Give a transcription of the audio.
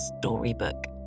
storybook